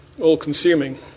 all-consuming